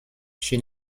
she